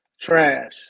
trash